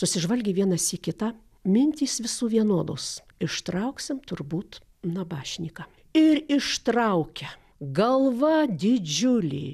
susižvalgė vienas į kitą mintys visų vienodos ištrauksim turbūt nabašnyką ir ištraukia galva didžiulė